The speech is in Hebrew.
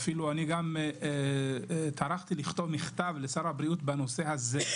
וגם טרחתי לכתוב מכתב לשר הבריאות בנושא הזה,